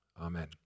amen